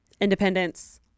independence